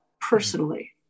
personally